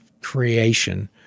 creation